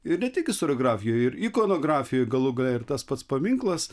ir ne tik istoriografijoj ir ikonografijoj galų gale ir tas pats paminklas